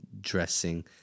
dressing